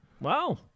Wow